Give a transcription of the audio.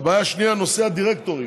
הבעיה השנייה, נושא הדירקטורים.